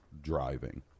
driving